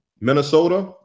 Minnesota